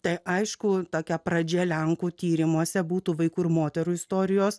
tai aišku tokia pradžia lenkų tyrimuose būtų vaikų ir moterų istorijos